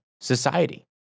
society